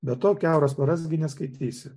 be to kiauras paras gi neskaitysi